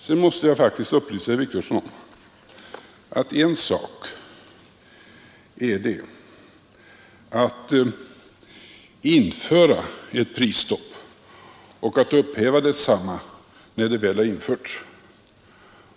Sedan måste jag faktiskt upplysa herr Wictorsson om att en sak är att införa ett prisstopp, en annan sak är att upphäva detsamma när det väl har införts.